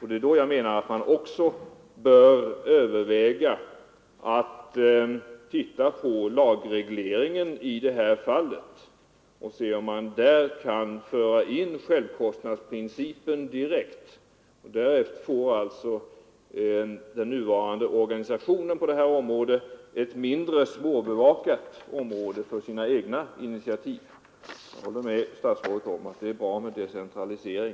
Det är därför jag menar att man också bör överväga möjligheten av en lagändring i det här fallet och att undersöka om man där kan föra in självkostnadsprincipen direkt. Därigenom får alltså den nuvarande organisationen ett mindre svårbevakat område för sina egna initiativ. Jag håller med statsrådet om att det är bra med decentralisering.